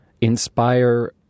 inspire